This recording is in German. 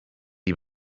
die